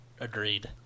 Agreed